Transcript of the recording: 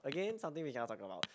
again something we cannot talk about